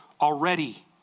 already